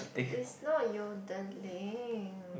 is not Yodeling